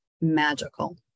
magical